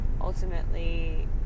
ultimately